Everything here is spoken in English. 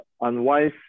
unwise